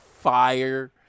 fire